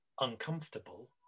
uncomfortable